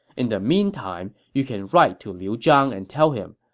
in the meantime, you can write to liu zhang and tell him,